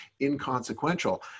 inconsequential